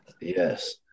Yes